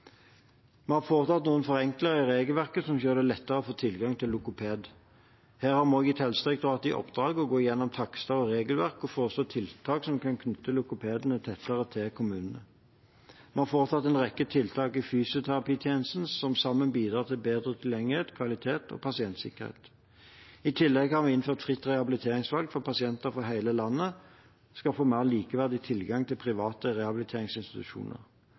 Vi har foretatt noen forenklinger i regelverket som skal gjøre det lettere å få tilgang til logoped. Her har vi også gitt Helsedirektoratet i oppdrag å gå gjennom takster og regelverk og foreslå tiltak som kan knytte logopedene tettere til kommunene. Vi har foretatt en rekke tiltak i fysioterapitjenesten, som sammen bidrar til bedre tilgjengelighet, kvalitet og pasientsikkerhet. I tillegg har vi innført fritt rehabiliteringsvalg for at pasienter fra hele landet skal få mer likeverdig tilgang til private rehabiliteringsinstitusjoner.